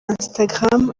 instagram